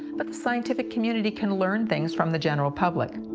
but the scientific community can learn things from the general public.